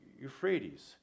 Euphrates